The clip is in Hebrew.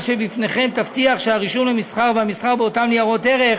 שבפניכם תבטיח שהרישום למסחר והמסחר באותם ניירות ערך